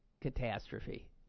catastrophe